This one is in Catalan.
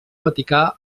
vaticà